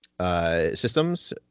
systems